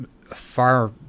far